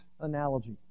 analogy